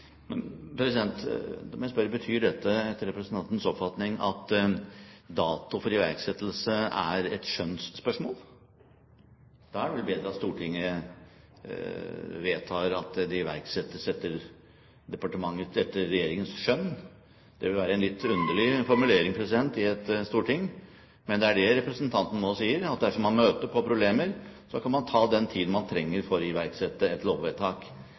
Da må jeg spørre: Betyr dette etter representantens oppfatning at dato for iverksettelse er et skjønnsspørsmål? Da er det vel bedre at Stortinget vedtar at det iverksettes etter regjeringens skjønn. Det ville være en litt underlig formulering i et storting, men det er det representanten nå sier – at dersom man møter på problemer, kan man ta den tiden man trenger for å iverksette et lovvedtak.